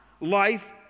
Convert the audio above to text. Life